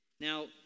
Now